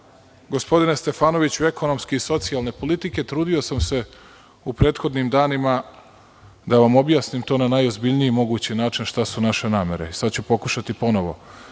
gospodine Stefanoviću ekonomske i socijalne politike, trudio sam se u prethodnim danima da vam objasnim to na najozbiljniji mogući način, šta su naše namere. Sada ću pokušati ponovo. Što